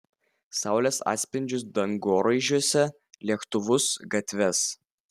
saulės atspindžius dangoraižiuose lėktuvus gatves